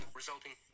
resulting